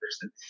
person